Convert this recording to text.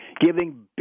giving